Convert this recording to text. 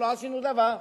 לא עשינו דבר.